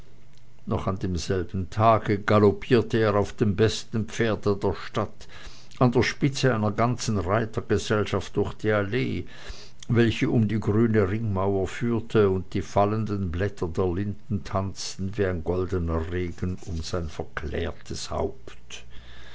noch an demselben tage galoppierte er auf dem besten pferde der stadt an der spitze einer ganzen reitergesellschaft durch die allee welche um die grüne ringmauer führte und die fallenden blätter der linden tanzten wie ein goldener regen um sein verklärtes haupt